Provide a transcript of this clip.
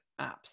apps